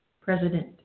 President